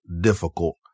difficult